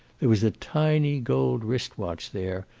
there was a tiny gold wrist-watch there,